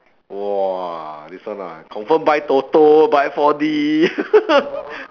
!wah! this one ah confirm buy toto buy four D